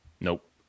nope